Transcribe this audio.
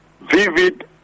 vivid